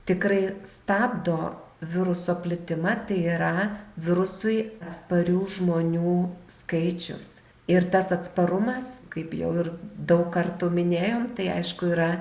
tikrai stabdo viruso plitimą tai yra virusui atsparių žmonių skaičius ir tas atsparumas kaip jau ir daug kartų minėjom tai aišku yra